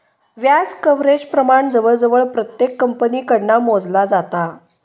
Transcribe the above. व्याज कव्हरेज प्रमाण जवळजवळ प्रत्येक कंपनीकडना मोजला जाता